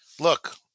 look